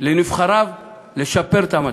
לנבחריו לשפר את המצב.